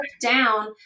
down